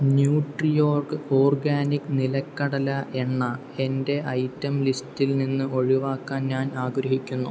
Nutriorg organic നിലക്കടല എണ്ണ എന്റെ ഐറ്റം ലിസ്റ്റിൽ നിന്ന് ഒഴിവാക്കാൻ ഞാൻ ആഗ്രഹിക്കുന്നു